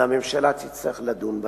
והממשלה תצטרך לדון בהן.